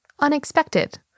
unexpected